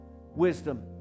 wisdom